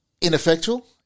ineffectual